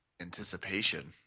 anticipation